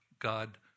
God